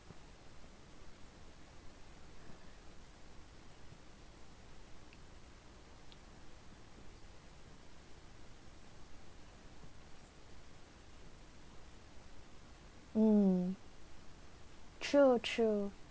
mm true true